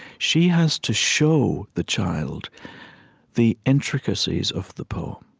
she has to show the child the intricacies of the poem,